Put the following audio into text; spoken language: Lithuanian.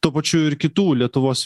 tuo pačiu ir kitų lietuvos